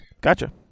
Gotcha